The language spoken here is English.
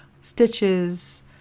stitches